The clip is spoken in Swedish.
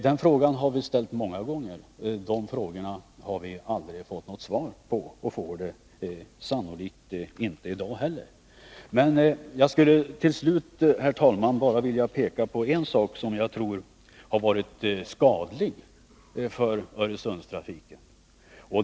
Dessa frågor har ställts många gånger, men vi har aldrig fått något svar på dem, och det får vi sannolikt inte heller i dag. Jag skulle till slut, herr talman, bara vilja peka på en sak som jag tror har varit skadlig för Öresundstrafiken.